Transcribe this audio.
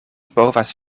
povas